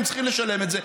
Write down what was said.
הם צריכים לשלם את זה,